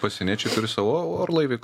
pasieniečiai turi savo orlaivį